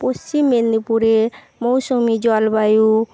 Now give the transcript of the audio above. পশ্চিম মেদিনীপুরের মৌসুমী জলবায়ু